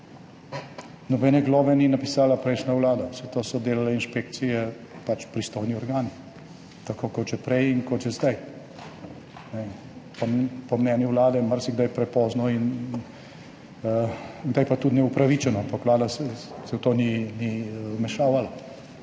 Nobene globe ni napisala prejšnja vlada, vse to so delale inšpekcije, pač pristojni organi, tako kot že prej in kot še zdaj, po mnenju vlade marsikdaj prepozno, kdaj pa tudi neupravičeno, ampak vlada se v to ni vmešavala.